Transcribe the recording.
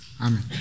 amen